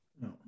no